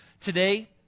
Today